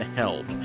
help